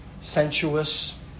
sensuous